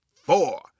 four